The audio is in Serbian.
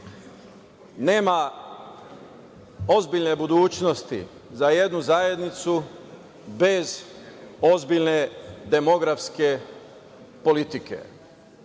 Nema ozbiljne budućnosti za jednu zajednicu bez ozbiljne demografske politike.